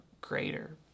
greater